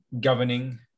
governing